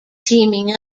teaming